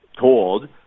told